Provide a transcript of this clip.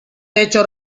techo